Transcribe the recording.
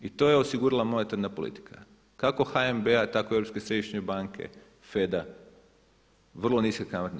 I to je osigurala monetarna politika kako HNB-a tako i Europske središnje banke FED-a vrlo niske kamatne.